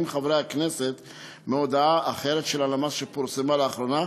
חברי הכנסת מתעלמים מהודעה אחרת של הלמ"ס שפורסמה לאחרונה,